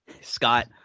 Scott